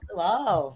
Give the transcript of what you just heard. wow